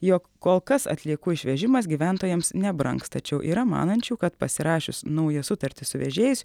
jog kol kas atliekų išvežimas gyventojams nebrangs tačiau yra manančių kad pasirašius naują sutartį su vežėjais